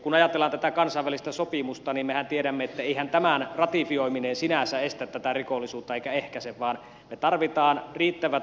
kun ajatellaan tätä kansainvälistä sopimusta niin mehän tiedämme että eihän tämän ratifioiminen sinänsä estä tätä rikollisuutta eikä ehkäise vaan me tarvitsemme riittävät voimavarat poliiseille